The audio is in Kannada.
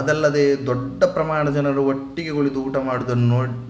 ಅದಲ್ಲದೆ ದೊಡ್ಡ ಪ್ರಮಾಣ ಜನರು ಒಟ್ಟಿಗೆ ಕುಳಿತು ಊಟ ಮಾಡುವುದನ್ನು ನೋಡ್